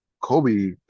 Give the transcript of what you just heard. Kobe